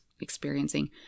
experiencing